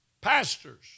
pastors